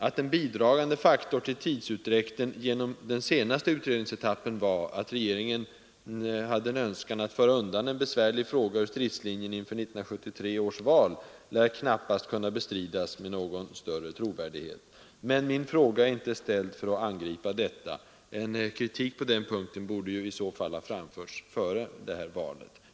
Att en bidragande faktor till tidsutdräkten genom den senaste utredningsetappen var regeringens önskan att föra undan en besvärlig fråga ur stridslinjen inför 1973 års val lär knappast kunna bestridas med någon större trovärdighet. Men min fråga är inte ställd för att angripa detta. En kritik på den punkten borde i så fall framförts före valet.